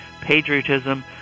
patriotism